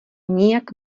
nijak